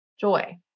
joy